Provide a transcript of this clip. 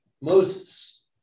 Moses